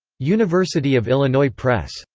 university of illinois press.